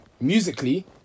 musically